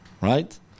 right